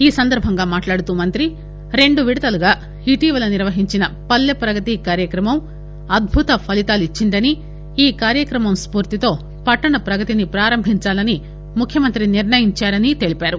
ఈ సందర్బంగా మంత్రి మాట్లాడుతూ రెండు విడుతలుగా ఇటీవల నిర్వహించిన పల్లె ప్రగతి కార్యక్రమం అద్భుత ఫలితాలు ఇచ్చిందని ఈ కార్యక్రమం స్పూర్తితో పట్లణ ప్రగతిని ప్రారంభించాలని ముఖ్యమంత్రి నిర్ణయించారని తెలిపారు